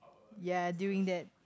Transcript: ye doing that